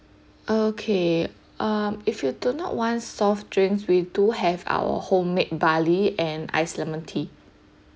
okay um if you do not want soft drinks we do have our homemade barley an ice lemon tea